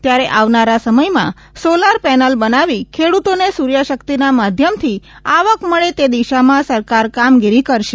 ત્યારે આવનારા સમયમાં સોલાર પેનલ બનાવી ખેડૂતોને સૂર્યશક્તિના માધ્યમથી આવક મળે તે દિશામાં સરકાર કામગીરી કરશે